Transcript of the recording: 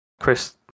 Chris